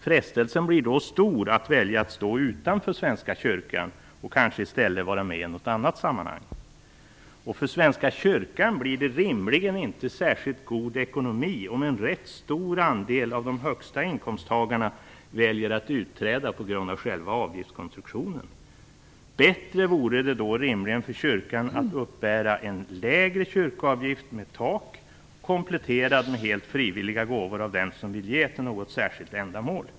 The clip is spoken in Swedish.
Frestelsen blir då stor att välja att stå utanför Svenska kyrkan och kanske i stället att vara med i något annat samfund. För Svenska kyrkan blir det inte särskilt god ekonomi om en rätt stor andel av de högsta inkomsttagarna väljer att utträda på grund av själva avgiftskonstruktionen. Det vore då bättre för kyrkan att uppbära en lägre kyrkoavgift kompletterad med helt frivilliga gåvor av den som vill ge till något särskilt ändamål.